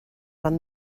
van